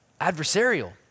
adversarial